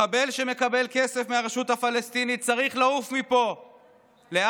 מחבל שמקבל כסף מהרשות הפלסטינית צריך לעוף מפה לעזה,